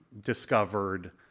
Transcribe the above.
discovered